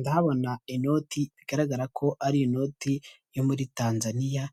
Ndahabona inoti bigaragara ko ari inoti yo muri Tanzania